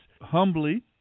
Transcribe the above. humbly